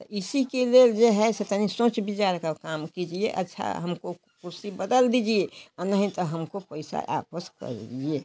तो इसी के लिए जो है जैसे तनिक सोच विचार का काम कीजिए अच्छा हमको कुर्सी बदल दीजिए और नहीं तो हमको पैसा आपस कर दीजिए